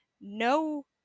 no